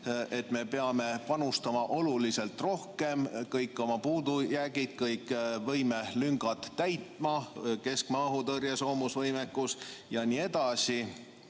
me peame panustama oluliselt rohkem, kõik oma puudujäägid, kõik võimelüngad täitma: keskmaa õhutõrje, soomusvõimekus jne.